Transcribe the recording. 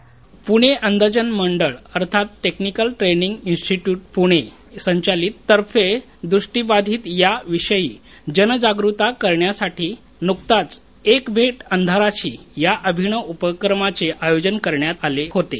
क्रि भेट अंधाराशी प्णे अंधजन मंडळ अर्थात टेक्निकल ट्रेनिंग इंस्टिट्युट पुणे संचलित तर्फे दृष्टिबाधिता याविषयी जागरुकता करण्यासाठी नुकताच क्रि भेट अंधाराशी या अवीनव उपक्रमाचे आयोजन करण्यात आलं होतं